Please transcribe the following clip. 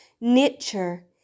Nature